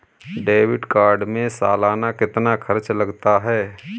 Debit card में सालाना कितना खर्च लगता है?